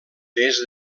des